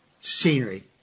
scenery